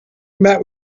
met